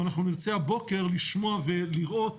אנחנו נרצה הבוקר לשמוע ולראות